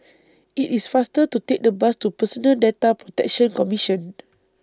IT IS faster to Take The Bus to Personal Data Protection Commission